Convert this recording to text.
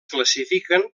classifiquen